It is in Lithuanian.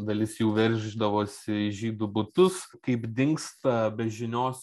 dalis jų verždavosi į žydų butus kaip dingsta be žinios